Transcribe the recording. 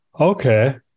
Okay